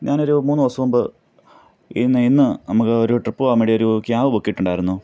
ഞാനൊരു മൂന്ന് ദിവസം മുമ്പ് ഇന്ന് ഇന്ന് നമുക്കൊരു ട്രിപ്പ് പോകാൻ വേണ്ടിയൊരു ക്യാബ് ബുക്ക് ചെയ്തിട്ടുണ്ടായിരുന്നു